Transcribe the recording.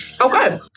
Okay